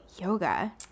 yoga